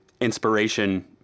inspiration